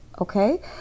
Okay